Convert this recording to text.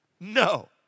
No